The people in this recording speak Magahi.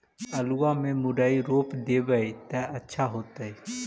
आलुआ में मुरई रोप देबई त अच्छा होतई?